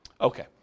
Okay